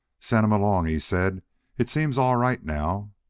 send em along, he said it seems all right now.